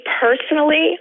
personally